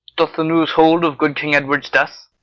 doth the news hold of good king edward's death?